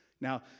Now